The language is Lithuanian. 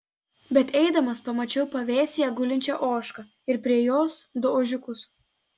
bet eidamas pamačiau pavėsyje gulinčią ožką ir prie jos du ožiukus